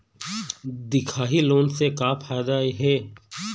दिखाही लोन से का फायदा हे?